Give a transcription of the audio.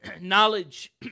knowledge